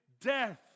death